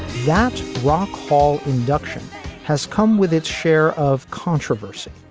that rock fall induction has come with its share of controversy,